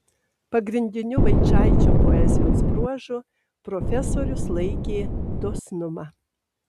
pagrindiniu vaičaičio poezijos bruožu profesorius laikė dosnumą